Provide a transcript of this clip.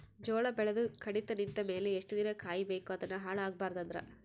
ಜೋಳ ಬೆಳೆದು ಕಡಿತ ನಿಂತ ಮೇಲೆ ಎಷ್ಟು ದಿನ ಕಾಯಿ ಬೇಕು ಅದನ್ನು ಹಾಳು ಆಗಬಾರದು ಅಂದ್ರ?